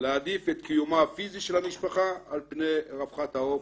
להעדיף את קיומה הפיזי של המשפחה על פני רווחת העוף,